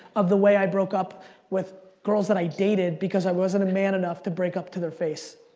of the way i broke up with girls that i dated, because i wasn't a man enough to break up to their face.